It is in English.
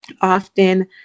often